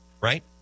right